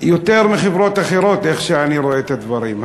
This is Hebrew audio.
יותר מחברות אחרות, איך שאני רואה את הדברים.